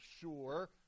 sure